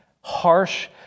harsh